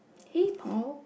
hey Paul